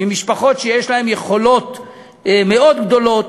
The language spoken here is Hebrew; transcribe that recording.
ממשפחות שיש להן יכולות מאוד גדולות.